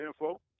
info